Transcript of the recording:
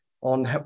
on